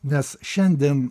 nes šiandien